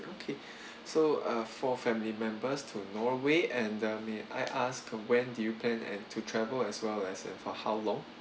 okay so uh four family members to norway and uh may I ask when do you plan and to travel as well as and for how long